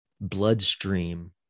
bloodstream